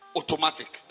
automatic